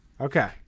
okay